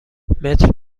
متر